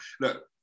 look